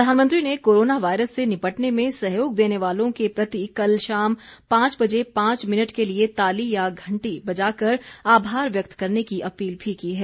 प्रधानमंत्री ने corona virus से निपटने में सहयोग देने वालों के प्रति कल शाम पांच बजे पांच मिनट के लिए ताली या घंटी बजाकर आभार व्यक्त करने की अपील भी की है